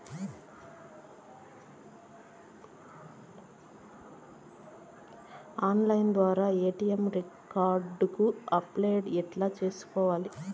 Online ద్వారా ATM card కు apply ఎట్లా సేసుకోవాలి?